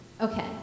Okay